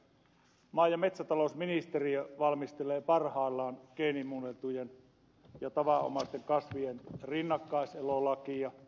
maa ja metsätalousministeriö valmistelee parhaillaan geenimuunneltujen ja tavanomaisten kasvien rinnakkaiselolakia